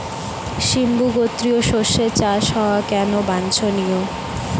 সিম্বু গোত্রীয় শস্যের চাষ হওয়া কেন বাঞ্ছনীয়?